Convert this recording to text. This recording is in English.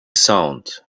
sound